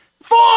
four